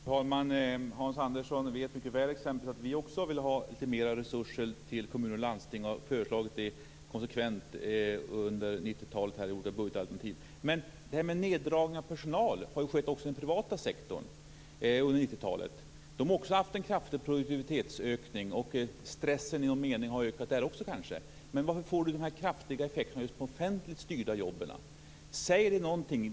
Fru talman! Hans Andersson vet mycket väl att vi exempelvis också vill ha lite mer resurser till kommuner och landsting och har föreslagit det konsekvent under 90-talet i olika budgetalternativ. Neddragningen av personal har skett också i den privata sektorn under 90-talet. Där har man också haft en kraftig produktivitetsökning, och stressen har i någon mening kanske ökat även där. Men varför får det dessa kraftiga effekter just på de offentligt styrda jobben? Säger det er någonting?